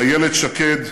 איילת שקד,